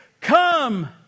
come